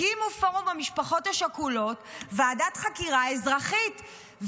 הקימו פורום המשפחות השכולות ועדת חקירה אזרחית,